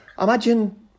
imagine